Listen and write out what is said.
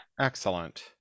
Excellent